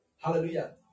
Hallelujah